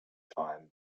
time